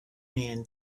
man